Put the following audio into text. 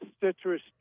citrus